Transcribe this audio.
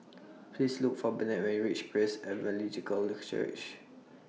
Please Look For Bennett when YOU REACH Praise Evangelical Church